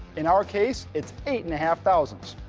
in our case it's eight and a half thousandths.